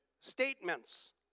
statements